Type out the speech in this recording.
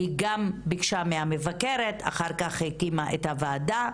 היא גם ביקשה מהמבקרת ואחר כך הקימה את הוועדה.